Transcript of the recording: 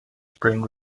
spring